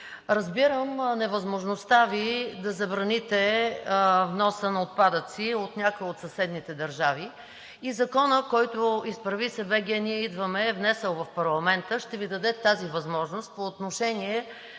Разбирам невъзможността Ви да забраните вноса на отпадъци от някоя от съседните държави и Законът, който „Изправи се БГ! Ние идваме!“ е внесъл в парламента, ще Ви даде тази възможност по отношение